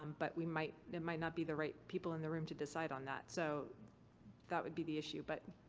um but we might. it might not be the right people in the room to decide on that. so that would be the issue. but